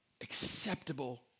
acceptable